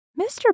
Mr